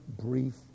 brief